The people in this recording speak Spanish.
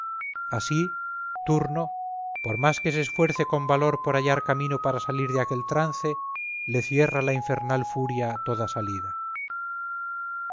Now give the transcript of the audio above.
así turno por más que se esfuerce con valor por hallar camino para salir de aquel trance le cierra la infernal furia toda salida